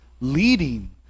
leading